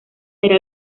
era